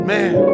Man